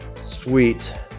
Sweet